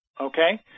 okay